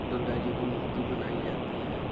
दुर्गा जी की मूर्ति बनाई जाती है